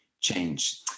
change